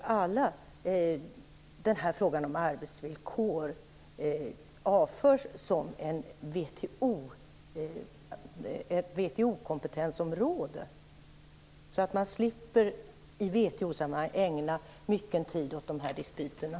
Kan den här frågan om arbetsvillkor nu från svensk sida en gång för alla avföras från WTO:s kompetensområde, så att man i WTO sammanhang slipper ägna mycken tid åt de här dispyterna?